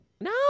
No